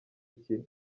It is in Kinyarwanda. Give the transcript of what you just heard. iki